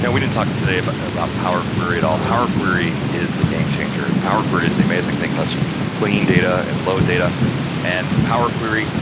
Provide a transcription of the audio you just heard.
we didn't talk today, but about power query at all. power query is the game changer, the power query is the amazing thing. lets you clean data and load data and power query,